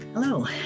Hello